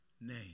name